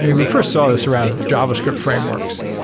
we we first saw this around javascript frameworks,